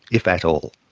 if at all.